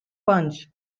punch